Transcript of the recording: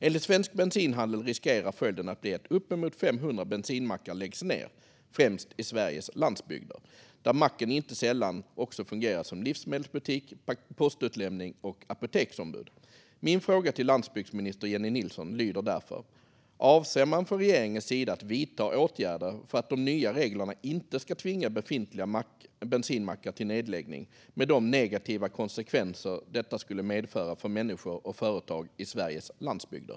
Enligt Svensk Bensinhandel riskerar följden att bli att uppemot 500 bensinmackar läggs ned, främst i Sveriges landsbygder där macken inte sällan också fungerar som livsmedelsbutik, postutlämning och apoteksombud. Min fråga till landsbygdsminister Jennie Nilsson lyder därför: Avser man från regeringens sida att vidta åtgärder för att de nya reglerna inte ska tvinga befintliga bensinmackar till nedläggning, med de negativa konsekvenser detta skulle medföra för människor och företag i Sveriges landsbygder?